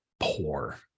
poor